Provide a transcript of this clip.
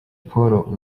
paul